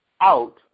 out